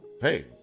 hey